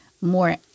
more